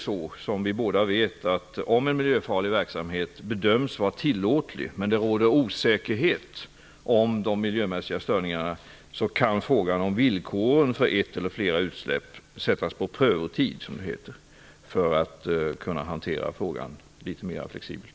Som vi båda vet att om en miljöfarlig verksamhet bedöms vara tillåtlig, men det råder osäkerhet om de miljömässiga störningarna, kan frågan om villkoren för ett eller flera utsläpp utfärdas på prövotid. Det innebär att frågan kan hanteras litet mera flexibelt.